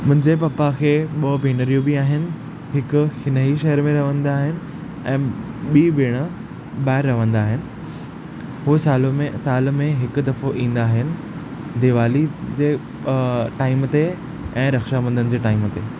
मुंहिंजे पापा खे ॿ भेनरूं बि आहिनि हिकु हिन ई शइर में रहंदा आहिनि ऐं ॿी भेण ॿाहिरि रहंदा आहिनि हुअ साल में हिकु दफ़ो ईंदा आहिनि दिवाली जे टाईम ते ऐं रक्षाॿंधन जे टाईम ते